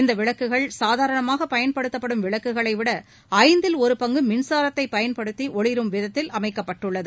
இந்த விளக்குகள் சாதரணமாக பயன்படுத்தப்படும் விளக்குகளை விட ஐந்தில் ஒரு பங்கு மின்சாரத்தை பயன்படுத்தி ஒளிரும் விதத்தில் அமைக்கப்பட்டுள்ளது